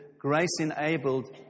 Grace-enabled